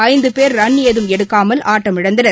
ஐந்து பேர் ரன் ஏதும் எடுக்னாமல் ஆட்டமிழந்தனர்